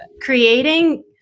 creating